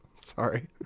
sorry